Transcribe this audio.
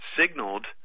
signaled